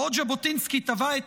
בעוד ז'בוטינסקי תבע את